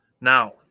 Now